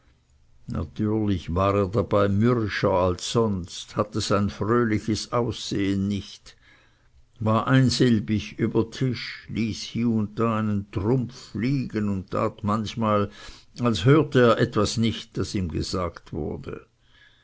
natürlich war er dabei mürrischer als sonst hatte sein fröhliches aussehen nicht war einsilbig über tisch ließ hier und da einen trumpf fliegen und tat manchmal als hörte er etwas nicht das ihm gesagt wurde